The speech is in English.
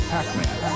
Pac-Man